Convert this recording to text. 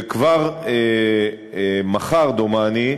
וכבר מחר, דומני,